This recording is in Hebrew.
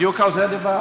בדיוק על זה דיברתי.